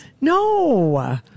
No